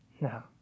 No